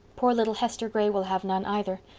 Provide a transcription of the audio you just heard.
poor little hester gray will have none either.